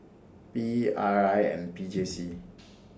P E R I and P J C